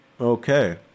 Okay